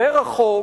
החוק